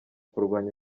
kurwanya